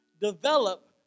develop